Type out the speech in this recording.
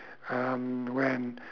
um when